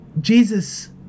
Jesus